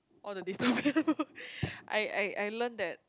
all the dytopian book I I I learn that